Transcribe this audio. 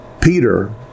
Peter